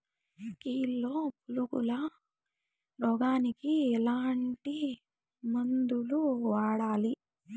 Kilo పులుగుల రోగానికి ఎట్లాంటి మందులు వాడాలి?